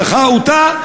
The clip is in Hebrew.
דחה אותה,